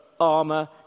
armor